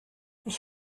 ich